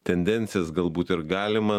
tendencijas galbūt ir galima